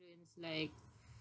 insurance like